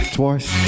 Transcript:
twice